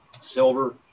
silver